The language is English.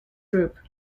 group